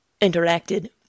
interacted